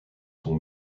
son